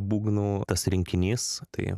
būgnų tas rinkinys tai